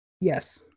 Yes